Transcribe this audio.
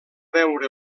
veure